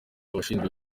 abashinzwe